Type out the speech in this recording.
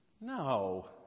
No